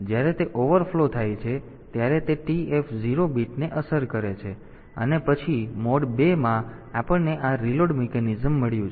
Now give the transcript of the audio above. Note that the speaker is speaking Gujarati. જ્યારે તે ઓવરફ્લો થાય છે ત્યારે તે TF0 બીટને અસર કરે છે અને પછી મોડ 2 માં આપણને આ રીલોડ મિકેનિઝમ મળ્યું છે